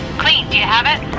clean, do you have it?